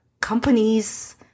companies